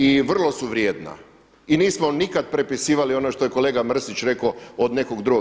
I vrlo su vrijedna i nismo nikad prepisivali ono što je kolega Mrsić rekao od nekog drugog.